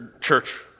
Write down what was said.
church